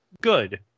Good